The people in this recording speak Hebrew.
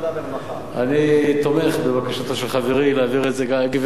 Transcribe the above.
אני תומך בבקשתו של חברי, ואעביר את זה, גברת ליה,